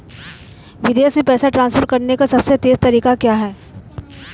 विदेश में पैसा ट्रांसफर करने का सबसे तेज़ तरीका क्या है?